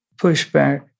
pushback